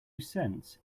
cents